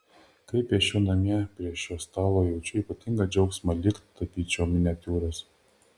kai piešiu namie prie šio stalo jaučiu ypatingą džiaugsmą lyg tapyčiau miniatiūras